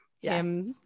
Yes